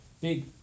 big